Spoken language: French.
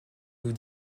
vous